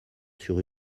sur